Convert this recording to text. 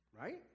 right